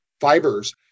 fibers